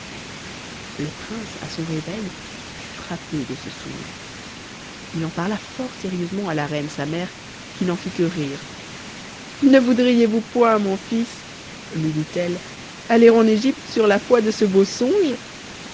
le prince à son réveil fut frappé de ce songe h en parla fort sérieusement à la reine sa mère qui n'en fit que rire ne voudriez-vous point mon fils lui dit-elle aller en egypte sur la foi de ce beau songe